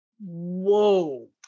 whoa